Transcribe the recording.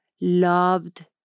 loved